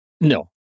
No